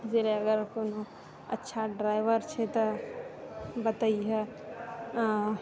driver कोनो अच्छा driver छै तऽ बतैहिअ आओर